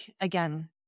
again